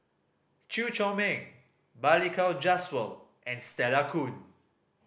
Chew Chor Meng Balli Kaur Jaswal and Stella Kon